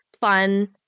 fun